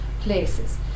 places